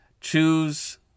choose